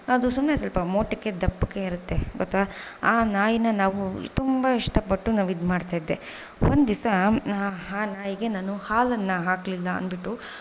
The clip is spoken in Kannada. ಅದು ಸುಮ್ಮನೆ ಸ್ವಲ್ಪ ಮೋಟಕ್ಕೆ ದಪ್ಪಗೆ ಇರುತ್ತೆ ಗೊತ್ತಾ ಆ ನಾಯಿನ ನಾವು ತುಂಬ ಇಷ್ಟಪಟ್ಟು ನಾನು ಇದು ಮಾಡ್ತಿದ್ದೆ ಒಂದು ದಿವ್ಸ ಆ ನಾಯಿಗೆ ನಾನು ಹಾಲನ್ನು ಹಾಕಲಿಲ್ಲ ಅಂದ್ಬಿಟ್ಟು